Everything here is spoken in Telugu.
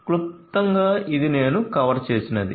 క్లుప్తంగా ఇది నేను కవర్ చేసినది